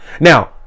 Now